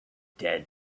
dead